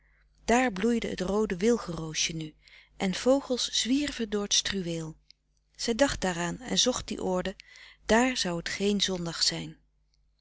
daar bloeide het roode wilgenroosje nu en vogels zwierven door t struweel zij dacht daaraan en zocht die oorden daar zou t geen zondag zijn